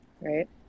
right